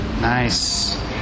nice